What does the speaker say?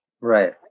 right